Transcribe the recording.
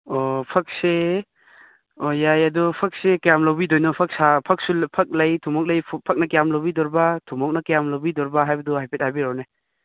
ꯑꯣ ꯐꯛꯁꯤ ꯑꯣ ꯌꯥꯏ ꯑꯗꯨ ꯐꯛꯁꯤ ꯀꯌꯥꯝ ꯂꯧꯕꯤꯗꯣꯏꯅꯣ ꯐꯛ ꯐꯛꯁꯨ ꯐꯛ ꯂꯩ ꯊꯨꯃꯣꯛ ꯂꯩ ꯐꯛꯅ ꯀꯌꯥꯝ ꯂꯧꯕꯤꯗꯣꯔꯤꯕ ꯊꯨꯃꯣꯛꯅ ꯀꯌꯥꯝ ꯂꯧꯕꯤꯗꯣꯔꯤꯕ ꯍꯥꯏꯕꯗꯨ ꯍꯥꯏꯐꯦꯠ ꯍꯥꯏꯕꯤꯔꯛꯎꯅꯦ